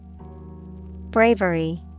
Bravery